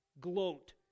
gloat